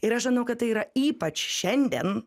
ir aš žinau kad tai yra ypač šiandien